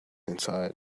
inside